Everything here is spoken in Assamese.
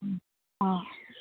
অঁ